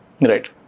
Right